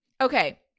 Okay